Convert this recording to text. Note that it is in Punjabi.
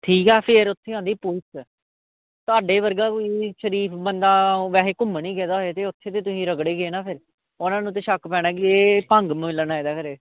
ਠੀਕ ਆ ਫਿਰ ਉੱਥੇ ਆਉਂਦੀ ਪੁਲਿਸ ਤੁਹਾਡੇ ਵਰਗਾ ਕੋਈ ਸ਼ਰੀਫ ਬੰਦਾ ਵੈਸੇ ਘੁੰਮਣ ਹੀ ਗਿਆ ਹੋਵੇ ਉੱਥੇ ਤੇ ਤੁਸੀਂ ਰਗੜੇ ਗਏ ਨਾ ਫਿਰ ਉਹਨਾਂ ਨੂੰ ਤਾਂ ਸ਼ੱਕ ਪੈਣਾ ਕਿ ਇਹ ਭੰਗ ਮਲਣ ਆਇਆ